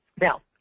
Now